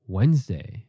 Wednesday